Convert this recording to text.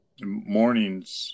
mornings